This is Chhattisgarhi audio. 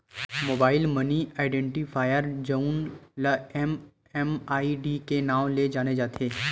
मोबाईल मनी आइडेंटिफायर जउन ल एम.एम.आई.डी के नांव ले जाने जाथे